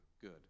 Good